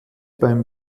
beim